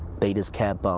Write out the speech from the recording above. they just kept but